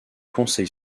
conseil